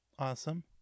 Awesome